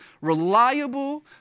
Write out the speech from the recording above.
reliable